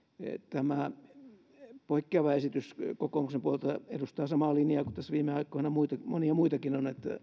tämä poikkeava esitys kokoomuksen puolelta edustaa samaa linjaa kuin mitä tässä viime aikoina on ollut monia muitakin